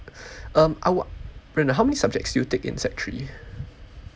um I wa~ brandon how many subjects do you take in sec three